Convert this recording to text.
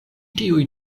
tiuj